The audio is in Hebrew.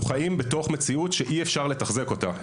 אנחנו חיים במציאות שאי אפשר לתחזק אותה.